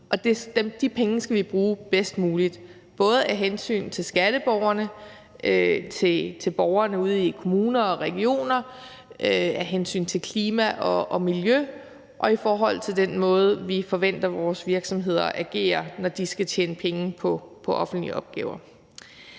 de penge skal vi bruge bedst muligt, både af hensyn til skatteborgerne, til borgerne ude i kommuner og regioner, og af hensyn til klima og miljø og til den måde, vi forventer at vores virksomheder agerer på, når de skal tjene penge på offentlige opgaver.